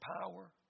power